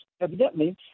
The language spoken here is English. evidently